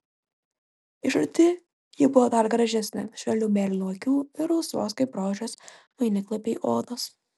iš arti ji buvo dar gražesnė švelnių mėlynų akių ir rausvos kaip rožės vainiklapiai odos